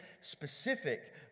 specific